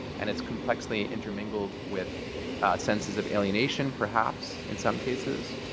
and it's complexly intermingled with senses of alienation, perhaps, in some cases.